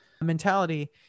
mentality